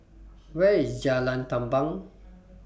Where IS Jalan Tamban